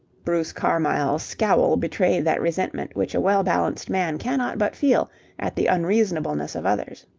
bruce carmyle's scowl betrayed that resentment which a well-balanced man cannot but feel at the unreasonableness of others.